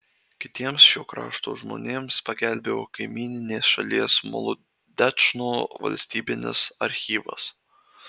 kitiems šio krašto žmonėms pagelbėjo kaimyninės šalies molodečno valstybinis archyvas